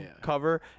cover